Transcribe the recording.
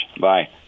Bye